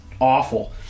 awful